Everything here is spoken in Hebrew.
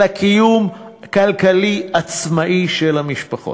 קיום כלכלי עצמאי של המשפחות.